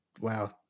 Wow